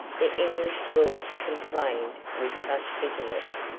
the english lords complained with such bitterness,